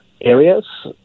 areas